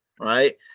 right